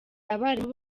abarimu